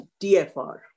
TFR